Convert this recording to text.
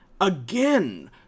again